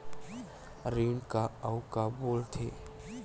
ऋण का अउ का बोल थे?